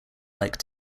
like